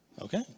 Okay